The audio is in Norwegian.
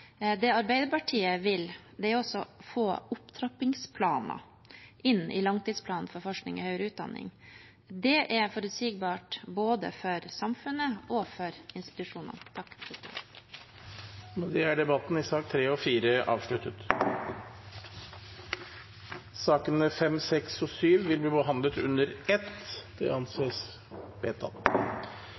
langtidsplanen for forskning og høyere utdanning. Det er forutsigbart både for samfunnet og for institusjonene. Flere har ikke bedt om ordet til sakene nr. 3 og 4. Sakene nr. 5, 6 og 7 vil bli behandlet under ett.